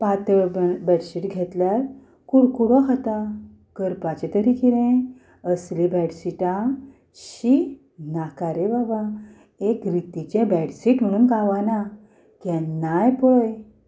पातळ म्हूण बेडशीट घेतल्यार कुडकुडो खाता करपाचें तरी कितें असलीं बेडशीटां शी नाका रे बाबा एक रितीचें म्हूण बेडशीट गावना केन्नाय पळय